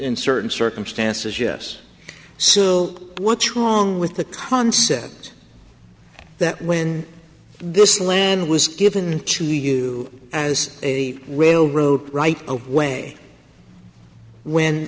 in certain circumstances yes so what's wrong with the concept that when this land was given to you as a railroad right of way when